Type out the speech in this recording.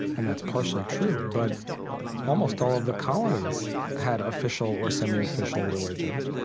and that's partially true. but almost all of the colonies had official or semi-official religions.